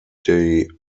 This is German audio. die